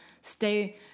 stay